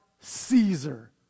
Caesar